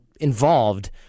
involved